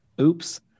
Oops